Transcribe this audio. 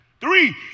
Three